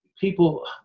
people